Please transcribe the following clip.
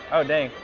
oh, dang.